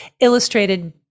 illustrated